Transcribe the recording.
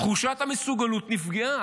תחושת המסוגלות נפגעה.